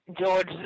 George